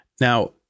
Now